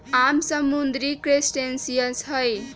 आम समुद्री क्रस्टेशियंस हई